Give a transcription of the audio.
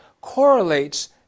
correlates